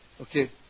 Okay